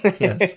Yes